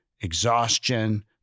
exhaustion